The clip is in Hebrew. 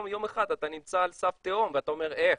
יום אחד אתה נמצא על סף תהום ואתה אומר איך,